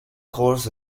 course